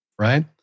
right